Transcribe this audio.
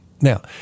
Now